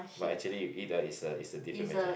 but actually you eat ah it's uh it's uh different material